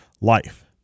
life